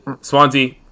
Swansea